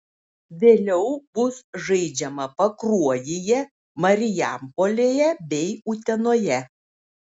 vėliau bus žaidžiama pakruojyje marijampolėje bei utenoje